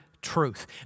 Truth